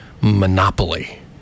monopoly